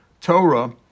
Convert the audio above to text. Torah